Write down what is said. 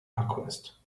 alchemist